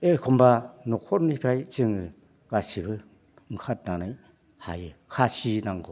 एखमबा न'खरनिफ्राय जोङो गासैबो ओंखारनानै हायो खासि नांगौ